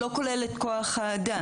לא כולל את כוח-האדם,